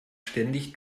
ständig